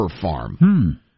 farm